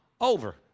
over